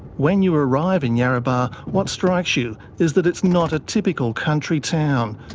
when you arrive in yarrabah, what strikes you is that it's not a typical country town.